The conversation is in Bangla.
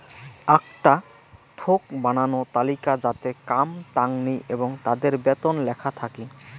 আকটা থোক বানানো তালিকা যাতে কাম তাঙনি এবং তাদের বেতন লেখা থাকি